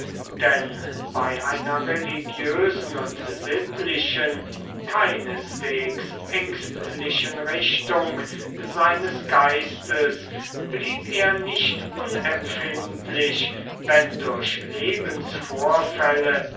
denn bei einer religiösen und sittlichen keineswegs ängstlichen richtung seines geistes blieb er nicht unempfindlich wenn durch